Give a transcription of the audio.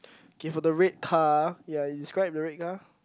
okay for the red car ya describe the red car